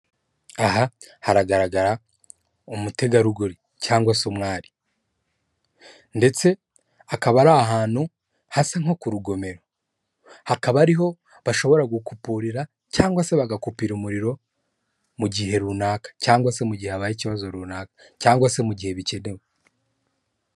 Aha haragaragara umutegarugori cyangwa se umwari, ndetse akaba ari ahantu hasa nko ku rugomero akaba ariho bashobora gukupurira cyangwa se bagakupira umuriro mu gihe runaka cyangwa se mu gihe habaye ikibazo runaka cyangwa se mu gihe bikenewe.